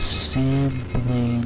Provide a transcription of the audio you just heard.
simply